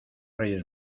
reyes